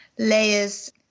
Layers